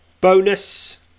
Bonus